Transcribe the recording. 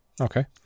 Okay